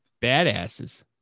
badasses